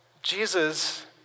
Jesus